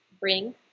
bring